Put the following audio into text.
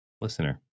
listener